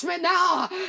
now